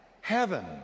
heaven